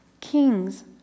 Kings